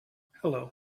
hello